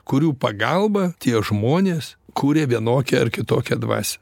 kurių pagalba tie žmonės kuria vienokią ar kitokią dvasią